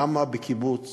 למה בקיבוץ